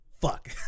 fuck